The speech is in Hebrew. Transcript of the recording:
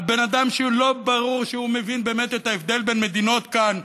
על בן אדם שלא ברור שהוא מבין באמת את ההבדל בין מדינות כאן,